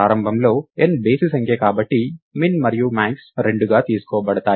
ప్రారంభంలో n బేసి సంఖ్య కాబట్టి min మరియు max 2గా తీసుకోబడతాయి